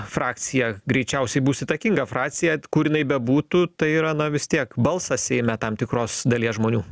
frakcija greičiausiai bus įtakinga frakcija kur jinai bebūtų tai yra na vis tiek balsas seime tam tikros dalies žmonių